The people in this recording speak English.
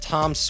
Tom